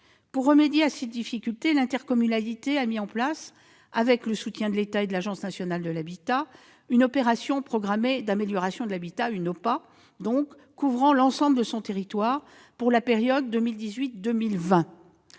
Pour remédier à ces difficultés, l'intercommunalité a mis en place, avec le soutien de l'État et de l'Agence nationale de l'habitat, une opération programmée d'amélioration de l'habitat, ou OPAH, couvrant l'ensemble de son territoire pour la période 2018-2020.